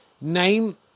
name